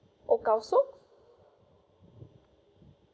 oh ka~